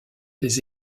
des